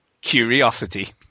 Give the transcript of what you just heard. Curiosity